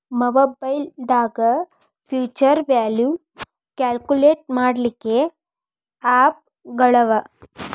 ಮಒಬೈಲ್ನ್ಯಾಗ್ future value calculate ಮಾಡ್ಲಿಕ್ಕೆ app ಗಳವ